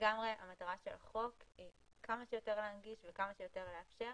המטרה של החוק היא לגמרי כמה שיותר להנגיש וכמה שיותר לאפשר